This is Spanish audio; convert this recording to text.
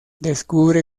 descubre